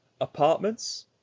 apartments